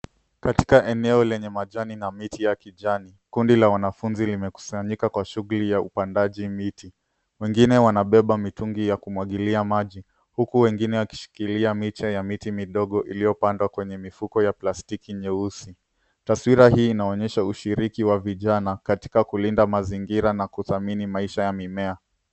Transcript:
Katika eneo lenye majani na miti ya kijani, kundi la wanafunzi limekusanyika kwa shughuli ya upandaji miti. Wengine wanabeba mitungi ya kumwagilia maji, huku wengine wakishikilia miche ya miti midogo iliyopandwa kwenye mifuko ya plastiki nyeusi. Taswira hii inaonyesha ushiriki wa vijana katika kulinda mazingira na kuthamini maisha ya mimea.